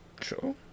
Sure